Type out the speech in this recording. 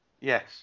Yes